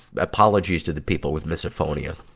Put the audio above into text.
apologies to the people with misophonia.